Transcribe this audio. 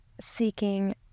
seeking